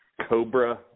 cobra